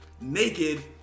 naked